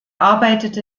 arbeitete